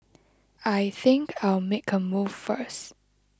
I think I'll make a move first